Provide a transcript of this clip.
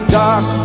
dark